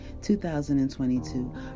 2022